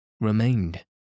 remained